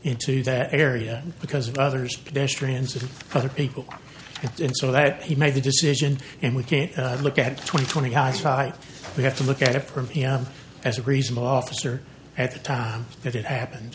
into that area because of others strands of other people so that he made the decision and we can't look at twenty twenty hindsight we have to look at it from him as a reasonable officer at the time that it happened